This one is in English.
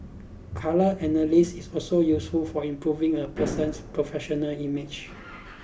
colour analysis is also useful for improving a person's professional image